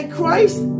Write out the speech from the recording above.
Christ